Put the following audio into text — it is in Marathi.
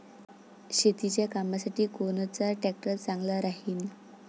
शेतीच्या कामासाठी कोनचा ट्रॅक्टर चांगला राहीन?